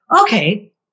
okay